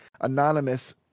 Anonymous